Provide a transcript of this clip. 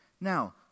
Now